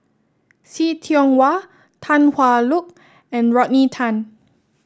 See Tiong Wah Tan Hwa Luck and Rodney Tan